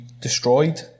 destroyed